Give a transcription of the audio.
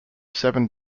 seven